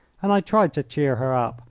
and i tried to cheer her up,